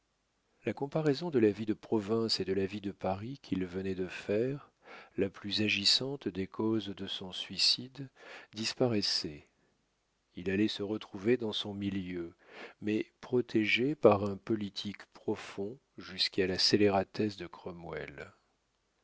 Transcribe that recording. la comparaison de la vie de province et de la vie de paris qu'il venait de faire la plus agissante des causes de son suicide disparaissait il allait se retrouver dans son milieu mais protégé par un politique profond jusqu'à la scélératesse de cromwell